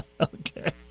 Okay